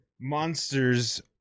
monsters